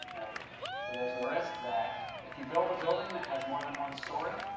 so there's the risk that if you build a building that has more than one story,